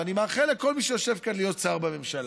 ואני מאחל לכל מי שיושב כאן להיות שר בממשלה,